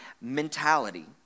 mentality